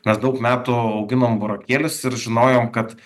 mes daug metų auginom burokėlius ir žinojom kad